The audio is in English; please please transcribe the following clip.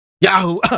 Yahoo